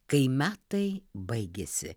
kai metai baigėsi